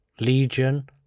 Legion